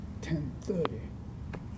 10.30